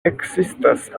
ekzistas